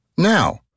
Now